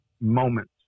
Moments